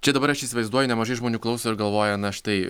čia dabar aš įsivaizduoju nemažai žmonių klauso ir galvoja na štai